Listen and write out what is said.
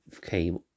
came